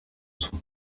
son